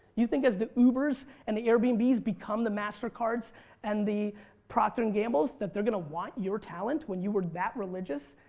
you think as the ubers and the airbnbs become the mastercards and the procter and amp gambles that they're going to want your talent when you were that religious?